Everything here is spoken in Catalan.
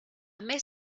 més